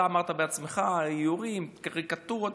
אתה אמרת בעצמך, איורים, קריקטורות.